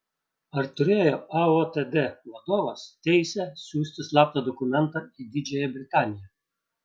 ar turėjo aotd vadovas teisę siųsti slaptą dokumentą į didžiąją britaniją